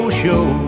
show